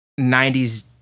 90s